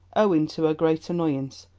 owen, to her great annoyance,